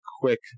quick